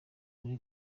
kuri